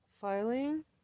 Filing